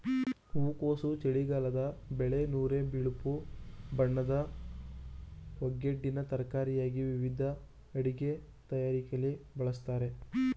ಹೂಕೋಸು ಚಳಿಗಾಲದ ಬೆಳೆ ನೊರೆ ಬಿಳುಪು ಬಣ್ಣದ ಹೂಗೆಡ್ಡೆನ ತರಕಾರಿಯಾಗಿ ವಿವಿಧ ಅಡಿಗೆ ತಯಾರಿಕೆಲಿ ಬಳಸ್ತಾರೆ